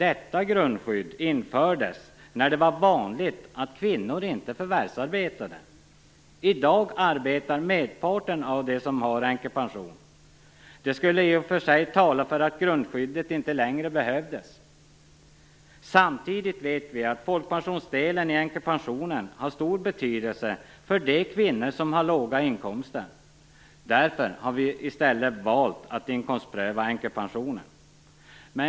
Detta grundskydd infördes när det var vanligt att kvinnor inte förvärvsarbetade. I dag arbetar merparten av dem som har änkepension. Det skulle i och för sig tala för att detta grundskydd inte längre behövs. Samtidigt vet vi att folkpensionsdelen i änkepensionen har stor betydelse för de kvinnor som har låg inkomst. Därför har vi i stället valt att inkomstpröva änkepensionen.